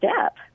step